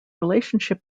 relationship